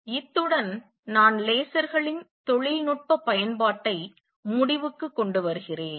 எனவே இத்துடன் நான் லேசர்களின் தொழில்நுட்ப பயன்பாட்டை முடிவுக்கு கொண்டு வருகிறேன்